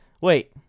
Wait